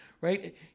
right